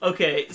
Okay